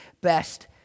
best